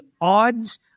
odds